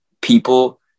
people